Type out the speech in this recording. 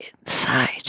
inside